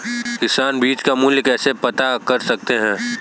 किसान बीज का मूल्य कैसे पता कर सकते हैं?